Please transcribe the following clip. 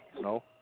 No